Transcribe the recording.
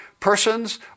Persons